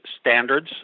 standards